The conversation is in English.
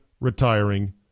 retiring